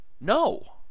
No